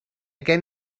gen